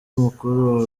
mukuru